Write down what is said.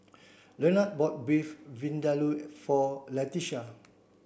Lenard bought Beef Vindaloo for Latisha